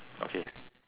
okay